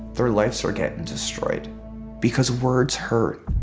their lives are getting destroyed because words hurt.